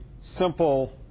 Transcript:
simple